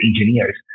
engineers